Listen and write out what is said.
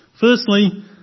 Firstly